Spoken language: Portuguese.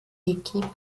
equipe